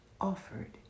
offered